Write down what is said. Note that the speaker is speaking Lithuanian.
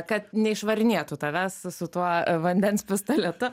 kad neišvarinėtų tavęs su tuo vandens pistoletu